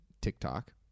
TikTok